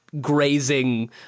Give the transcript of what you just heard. grazing